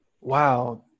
Wow